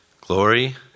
glory